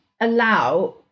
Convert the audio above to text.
allow